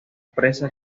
presa